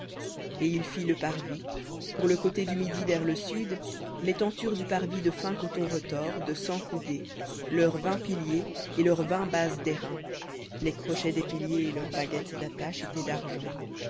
et il fit le parvis pour le côté du midi vers le sud les tentures du parvis de fin coton retors de cent coudées leurs vingt piliers et leurs vingt bases d'airain les crochets des piliers et leurs baguettes d'attache étaient d'argent